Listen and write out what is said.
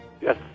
Yes